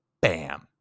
Bam